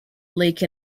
lake